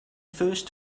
first